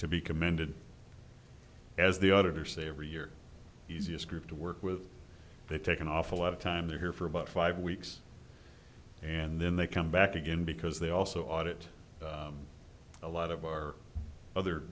to be commended as the auditor say every year easiest group to work with they take an awful lot of time they're here for about five weeks and then they come back again because they also audit a lot of or other